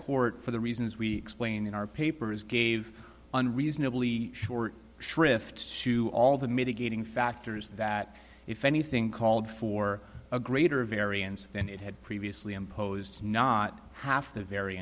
court for the reasons we explained in our papers gave an reasonably short shrift to all the mitigating factors that if anything called for a greater variance than it had previously imposed not half the v